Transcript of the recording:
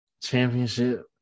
championship